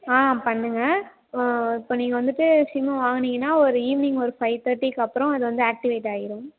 ஆ பண்ணுங்கள் இப்போ நீங்கள் வந்துவிட்டு சிம்மை வாங்குனீங்கன்னா ஒரு ஈவ்னிங் ஒரு ஃபைவ் தேர்ட்டிக்கப்பறம் அது வந்து ஆக்டிவேட் ஆகிடும்